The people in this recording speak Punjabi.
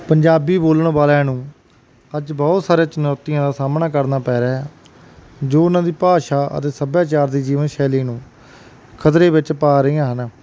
ਪੰਜਾਬੀ ਬੋਲਣ ਵਾਲਿਆਂ ਨੂੰ ਅੱਜ ਬਹੁਤ ਸਾਰੇ ਚੁਣੌਤੀਆਂ ਦਾ ਸਾਹਮਣਾ ਕਰਨਾ ਪੈ ਰਿਹਾ ਜੋ ਉਹਨਾਂ ਦੀ ਭਾਸ਼ਾ ਅਤੇ ਸੱਭਿਆਚਾਰ ਦੀ ਜੀਵਨ ਸ਼ੈਲੀ ਨੂੰ ਖਤਰੇ ਵਿੱਚ ਪਾ ਰਹੀਆਂ ਹਨ